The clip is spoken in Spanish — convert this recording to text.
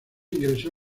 ingresó